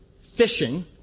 fishing